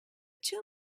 two